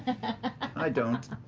i don't.